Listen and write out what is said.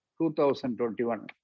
2021